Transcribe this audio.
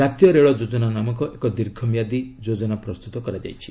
ଜାତୀୟ ରେଳ ଯୋଜନା ନାମକ ଏକ ଦୀର୍ଘ ମିଆଁଦୀ ଯୋଜନା ପ୍ରସ୍ତୁତ କରାଯାଇଛି